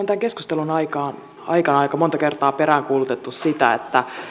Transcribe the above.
tämän keskustelun aikana aika monta kertaa peräänkuulutettu sitä että